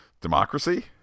democracy